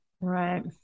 Right